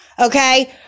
Okay